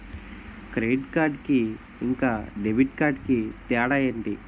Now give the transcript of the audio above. Credit card కి ఇంకా debit card కి తేడా ఏంటి?